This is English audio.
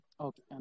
okay